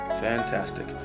Fantastic